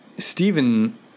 Stephen